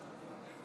הממלכתי.